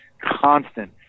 constant